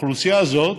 האוכלוסייה הזאת